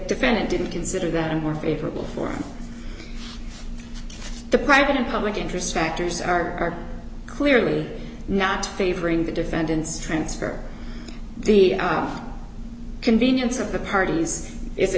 defendant didn't consider that a more favorable for the private and public interest factors are clearly not favoring the defendants transfer the convenience of the parties if it